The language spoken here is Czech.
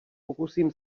pokusím